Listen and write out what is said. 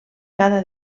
cada